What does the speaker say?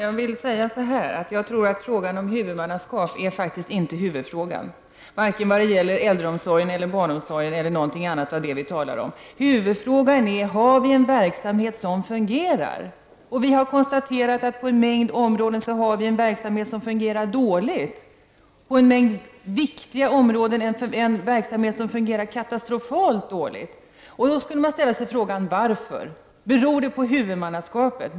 Herr talman! Jag tror inte att huvudfrågan är den om huvudmannaskap, varken i vad gäller äldreomsorgen, barnomsorgen eller något annat av det vi talar om. Huvudfrågan är om vi har en verksamhet som fungerar. Vi har konstaterat att det på en mängd områden finns en verksamhet som fungerar dåligt och på en mängd viktiga områden en verksamhet som fungerar katastrofalt dåligt. Varför? Beror det på huvudmannaskapet?